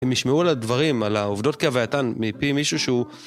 הם ישמעו על הדברים, על העובדות קווי הטן מפי מישהו שהוא...